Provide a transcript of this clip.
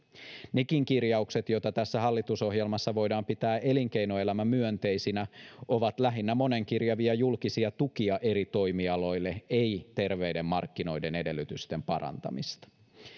nekin kirjaukset joita tässä hallitusohjelmassa voidaan pitää elinkeinoelämämyönteisinä ovat lähinnä monenkirjavia julkisia tukia eri toimialoille eivät terveiden markkinoiden edellytysten parantamista